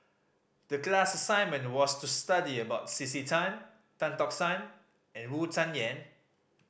the class assignment was to study about C C Tan Tan Tock San and Wu Tsai Yen